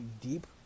deep